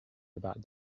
about